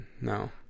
No